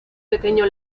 pequeño